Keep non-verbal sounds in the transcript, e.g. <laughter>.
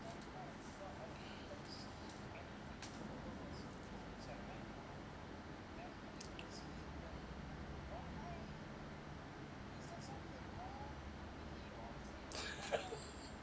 <laughs>